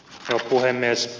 huojennes